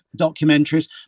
documentaries